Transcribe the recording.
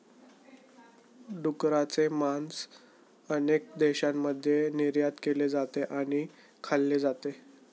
डुकराचे मांस अनेक देशांमध्ये निर्यात केले जाते आणि खाल्ले जाते